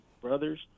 brothers